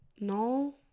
No